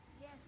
Yes